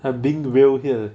I'm being real here